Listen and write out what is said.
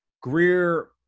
Greer